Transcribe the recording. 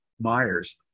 Myers